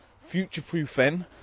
future-proofing